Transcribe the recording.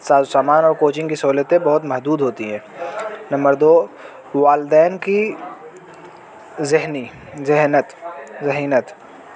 ساز سامان اور کوچنگ کی سہولتیں بہت محدود ہوتی ہے نمبر دو والدین کی ذہنی ذہنت ذہنیت